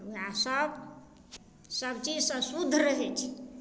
ओएह सब सबचीजसँ शुद्ध रहै छै